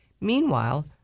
Meanwhile